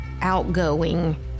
outgoing